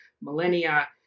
millennia